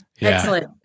Excellent